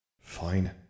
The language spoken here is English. Fine